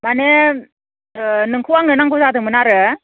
मानि ओह नोंखौ आंनो नांगौ जादोंमोन आरो